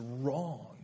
wrong